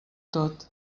tot